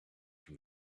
from